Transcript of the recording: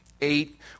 Eight